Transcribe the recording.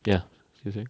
ya you were saying